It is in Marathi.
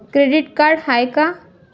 क्रेडिट कार्ड का हाय?